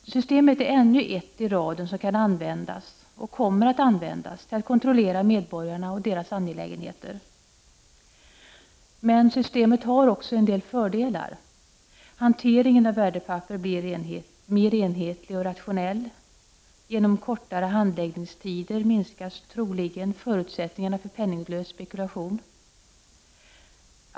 — Systemet är ännu ett i raden som kan användas och kommer att användas till att kontrollera medborgarna och deras angelägenheter. Systemet har emellertid också en del fördelar. — Hanteringen av värdepapper blir mer enhetlig och rationell. — Genom kortare handläggningstider minskas troligen förutsättningarna för penningslös spekulation.